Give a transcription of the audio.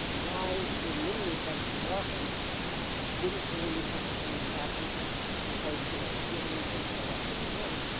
why in many respects the americans didn't believe such a thing could happen because you know the vietnamese didn't have that capability.